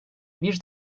bir